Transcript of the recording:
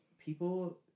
people